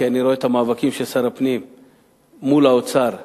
כי אני רואה את המאבקים של שר הפנים מול האוצר להגדיל,